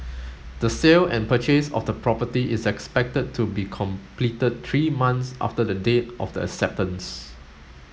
the sale and purchase of the property is expected to be completed three months after the date of the acceptance